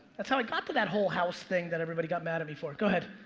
that's how i got to that whole house thing that everybody got mad at me for. go ahead.